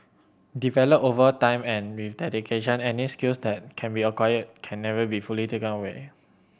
developed over time and with dedication any skill that can be acquired can never be fully taken away